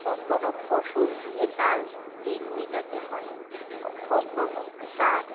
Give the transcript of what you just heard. কখনো ফসল দিয়ে তার ঋণ মেটাতে হয় কখনো তার